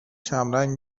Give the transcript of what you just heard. کمرنگ